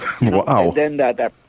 Wow